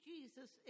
Jesus